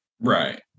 Right